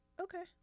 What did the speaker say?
Okay